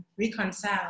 reconcile